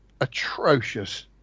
atrocious